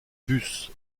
bus